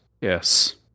yes